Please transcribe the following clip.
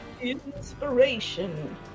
Inspiration